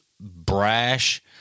brash